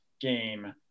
game